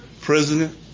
President